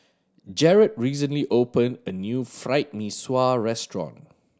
Jerod recently opened a new Fried Mee Sua restaurant